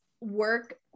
work